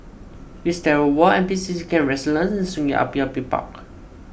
Wisteria Mall N P C C Camp Resilience and Sungei Api Api Park